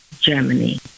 Germany